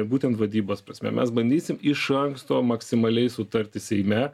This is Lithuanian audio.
būtent vadybos prasme mes bandysim iš anksto maksimaliai sutarti seime